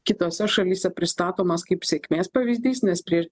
kitose šalyse pristatomas kaip sėkmės pavyzdys nes prieš